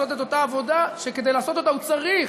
לעשות את אותה עבודה שכדי לעשות אותה הוא צריך